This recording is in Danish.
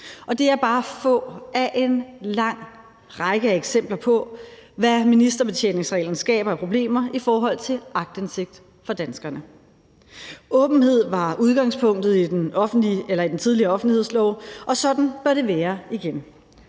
Det er bare få af en lang række af eksempler på, hvad ministerbetjeningsreglen skaber af problemer i forhold til aktindsigt for danskerne. Åbenhed var udgangspunktet i den tidligere offentlighedslov, og sådan bør det være igen.